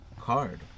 card